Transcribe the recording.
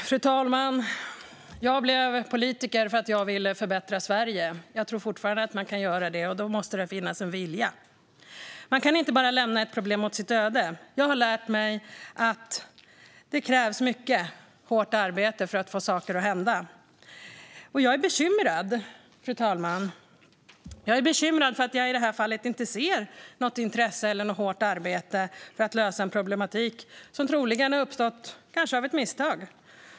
Fru talman! Jag blev politiker för att jag ville förbättra Sverige. Jag tror fortfarande att man kan göra det, men då måste det finnas en vilja. Man kan inte bara lämna ett problem åt sitt öde. Jag har lärt mig att det krävs mycket hårt arbete för att få saker att hända. Fru talman! Jag är bekymrad eftersom jag i det här fallet inte ser något intresse av eller något hårt arbete för att lösa en problematik som kanske har uppstått av misstag.